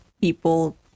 people